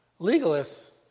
Legalists